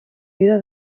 vida